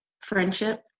friendship